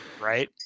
Right